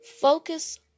Focus